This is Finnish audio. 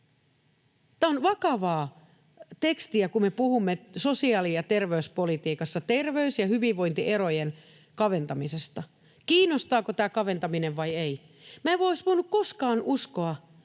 Tämä on vakavaa tekstiä, kun me puhumme sosiaali- ja terveyspolitiikassa terveys- ja hyvinvointierojen kaventamisesta. Kiinnostaako tämä kaventaminen vai ei? Minä en olisi voinut koskaan uskoa,